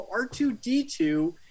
R2-D2